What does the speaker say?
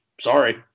Sorry